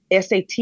SAT